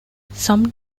some